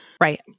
Right